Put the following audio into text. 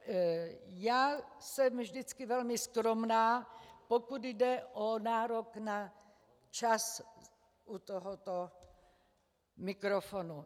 Já jsem vždycky velmi skromná, pokud jde o nárok na čas u tohoto mikrofonu.